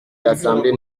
l’assemblée